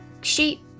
Sheep